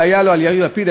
ליאיר לפיד,